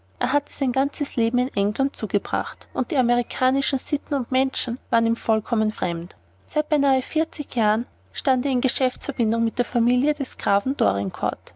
er hatte sein ganzes leben in england zugebracht und amerikanische sitten und menschen waren ihm vollkommen fremd seit beinahe vierzig jahren stand er in geschäftsverbindung mit der familie des grafen